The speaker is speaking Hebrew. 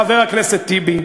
חבר הכנסת טיבי,